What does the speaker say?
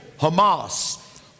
Hamas